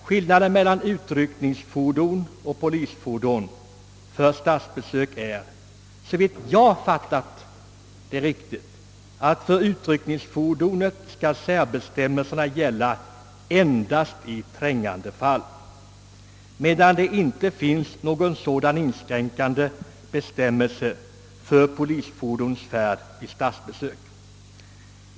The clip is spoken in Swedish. Skillnaden mellan utryckningsfordon och polisfordon för statsbesök är, om jag har fattat det rätt, att för utryckningsfordonet skall särbestämmelserna gälla endast i trängande fall, medan det inte finns någon sådan inskränkande bestämmelse för polisfordons färd vid statsbesök.